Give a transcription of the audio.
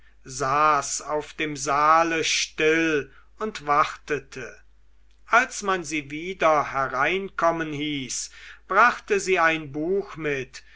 saß auf dem saale still und wartete als man sie wieder hereinkommen ließ brachte sie ein buch mit